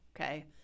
okay